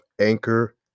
Anchor